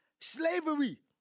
Slavery